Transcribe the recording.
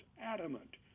adamant